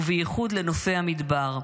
ובייחוד לנופי המדבר.